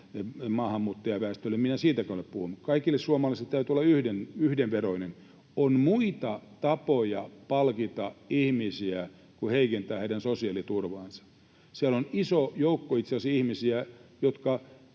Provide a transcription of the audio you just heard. maahanmuuttajaväestölle, en minä siitäkään ole puhunut. Kaikille suomalaisille täytyy olla yhdenveroinen. On muita tapoja palkita ihmisiä kuin heikentää heidän sosiaaliturvaansa. Siellä on itse asiassa iso joukko ihmisiä, jotka